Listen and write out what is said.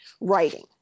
writing